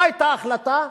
לא היתה החלטה,